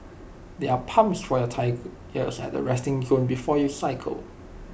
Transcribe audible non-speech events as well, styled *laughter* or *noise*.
there are pumps for your *unintelligible* at the resting zone before you cycle